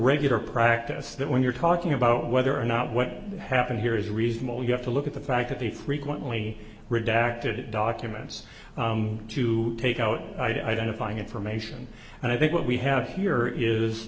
regular practice that when you're talking about whether or not what happened here is reasonable you have to look at the fact that they frequently redacted documents to take out identifying information and i think what we have here is